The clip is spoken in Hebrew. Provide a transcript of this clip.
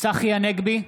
צחי הנגבי,